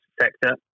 sector